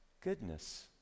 goodness